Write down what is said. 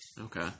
Okay